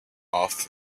off